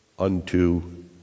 unto